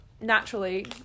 naturally